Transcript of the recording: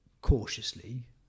cautiously